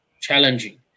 Challenging